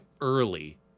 early